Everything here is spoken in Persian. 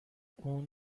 اون